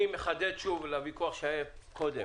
אני מחדד שוב הוויכוח שהיה קודם